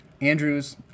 Andrews